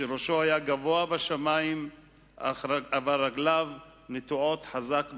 שראשו גבוה בשמים אך רגליו נטועות חזק בקרקע.